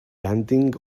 landing